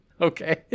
Okay